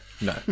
no